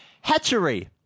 hatchery